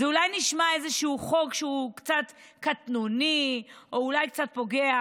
זה אולי נשמע איזשהו חוק שהוא קצת קטנוני או אולי קצת פוגע,